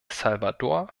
salvador